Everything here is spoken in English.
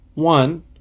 One